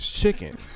chicken